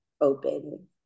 open